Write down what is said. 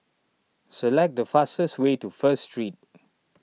select the fastest way to First Street